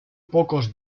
pocos